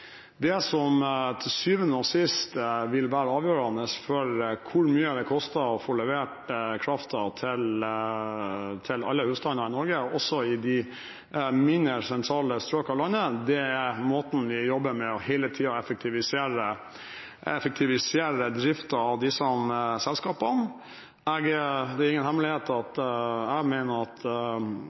Det som til syvende og sist vil være avgjørende for hvor mye det koster å få levert kraften til alle husstandene i Norge, også i de mindre sentrale strøk av landet, er måten vi hele tiden jobber på for å effektivisere driften av disse selskapene. Det er ingen hemmelighet at jeg mener at